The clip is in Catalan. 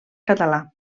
català